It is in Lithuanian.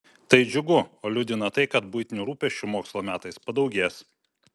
tai džiugu o liūdina tai kad buitinių rūpesčių mokslo metais padaugės